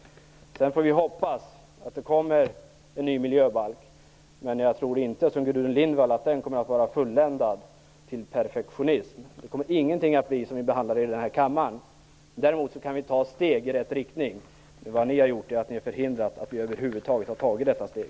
Sedan får vi hoppas att det kommer en ny miljöbalk. Men jag tror inte som Gudrun Lindvall att den kommer att vara fulländad till perfektionism. Det kommer ingenting att vara som vi behandlar i den här kammaren. Däremot kan vi ta steg i rätt riktning. Men vad ni i Miljöpartiet har gjort är att ni har förhindrat att vi över huvud taget har tagit detta steg.